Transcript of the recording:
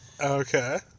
Okay